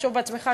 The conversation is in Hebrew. תחשוב בעצמך,